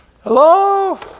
Hello